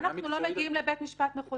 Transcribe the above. רק שאנחנו לא מגיעים לבית משפט מחוזי.